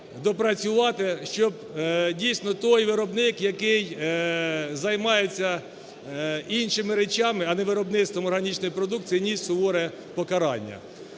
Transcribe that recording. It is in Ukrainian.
щоб дійсно той виробник, який займається іншими речами, а не виробництвом органічної продукції, ніс суворе покарання,